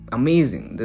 amazing